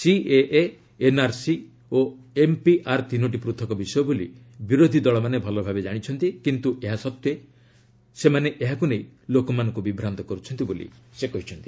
CAA NRC ଓ NPR ତିନୋଟି ପୃଥକ ବିଷୟ ବୋଲି ବିରୋଧୀ ଦଳମାନେ ଭଲଭାବେ କାଣିଛନ୍ତି କିନ୍ତୁ ଏହା ସତ୍ତ୍ୱେ ସେମାନେ ଏହାକୁ ନେଇ ଲୋକମାନଙ୍କୁ ବିଭ୍ରାନ୍ତ କର୍ତ୍ଥନ୍ତି